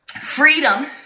freedom